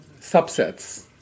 subsets